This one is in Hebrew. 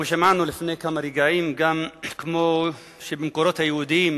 שמענו לפני כמה רגעים שבמקורות היהודיים